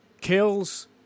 Kills